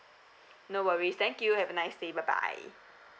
no worries thank you have a nice day bye bye